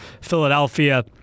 Philadelphia